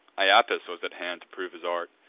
iapis was at hand to prove his art,